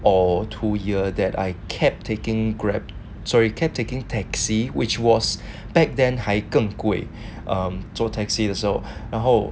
or two ya that I kept taking Grab sorry kept taking taxi which was back then 还更贵 um 坐 taxi 的时候然后